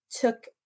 took